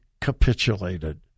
capitulated